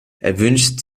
erwünscht